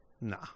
Nah